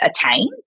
attain